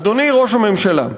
אדוני ראש הממשלה,